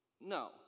No